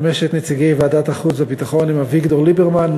חמשת נציגי ועדת החוץ והביטחון הם אביגדור ליברמן,